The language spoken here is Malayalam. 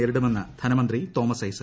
നേരിടുമെന്ന് ധനമന്ത്രി തോമസ് ഐസക്